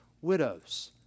widows